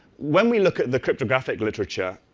when we look at the crypto graphic literature,